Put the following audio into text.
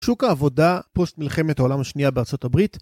שוק העבודה פוסט מלחמת העולם השנייה בארה״ב